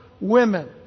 women